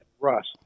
rust